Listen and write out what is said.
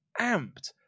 amped